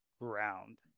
ground